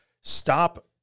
stop